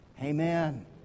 Amen